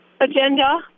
agenda